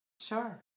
Sure